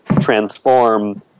transform